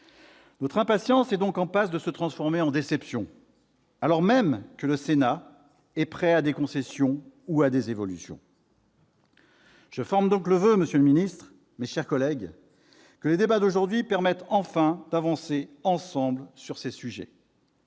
Notre impatience est donc en passe de se transformer en déception, alors même que le Sénat est prêt à des concessions ou à des évolutions. Je forme donc le voeu, monsieur le secrétaire d'État, mes chers collègues, que les débats d'aujourd'hui permettent enfin d'avancer ensemble sur ces sujets.